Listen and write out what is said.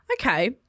Okay